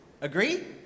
Agree